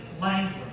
language